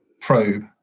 probe